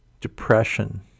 depression